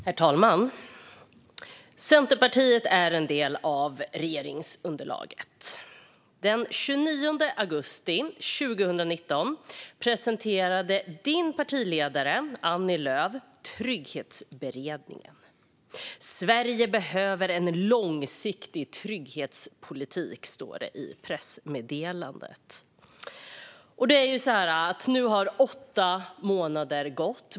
Herr talman! Centerpartiet är en del av regeringsunderlaget. Den 29 augusti 2019 presenterade Johan Hedins partiledare Annie Lööf Trygghetsberedningen. Sverige behöver en långsiktig trygghetspolitik, står det i pressmeddelandet. Nu har åtta månader gått.